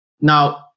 Now